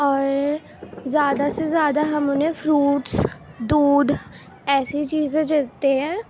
اور زیادہ سے زیادہ ہم انہیں فروٹس دودھ ایسے ہی چیزیں دیتے ہیں